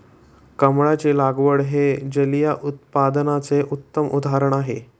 कमळाची लागवड हे जलिय उत्पादनाचे उत्तम उदाहरण आहे